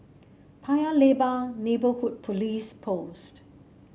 Paya Lebar Neighbourhood Police Post